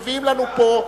מביאים לנו לפה,